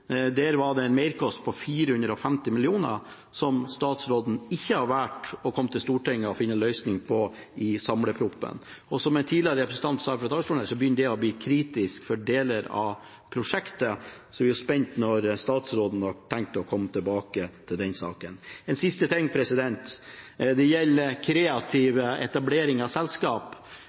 Der var det en merkostnad på 450 mill. kr, som statsråden har valgt ikke å komme til Stortinget for å finne en løsning på i samleproposisjonen. Som en representant sa tidligere i dag fra talerstolen, begynner det å bli kritisk for deler av prosjektet. Så vi er spent på når statsråden har tenkt å komme tilbake til den saken. En siste ting: Det gjelder kreativ etablering av selskap.